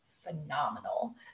phenomenal